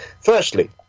Firstly